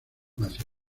hacia